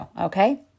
okay